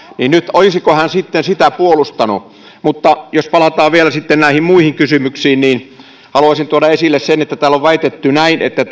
olisiko hän nyt sitten sitä puolustanut mutta jos palataan vielä sitten näihin muihin kysymyksiin niin haluaisin tuoda esille sen että täällä on väitetty että